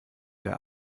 der